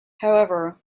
however